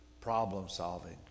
problem-solving